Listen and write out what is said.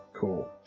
Cool